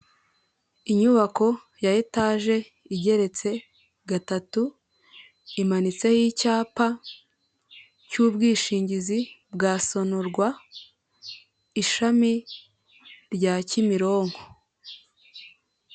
Inyubako ya etaje igeretse gatatu, imanitseho icyapa, cy'ubwishingizi bwa sonarwa ishami rya Kimironko.